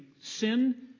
sin